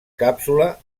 càpsula